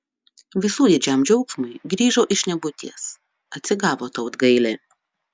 visų didžiam džiaugsmui grįžo iš nebūties atsigavo tautgailė